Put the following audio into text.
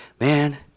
man